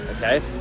okay